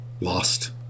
lost